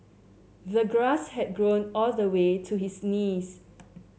the grass had grown all the way to his knees